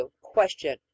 Question